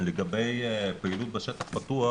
לגבי פעילות בשטח פתוח,